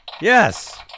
Yes